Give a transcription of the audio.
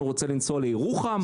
הוא רוצה לנסוע לירוחם.